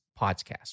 podcast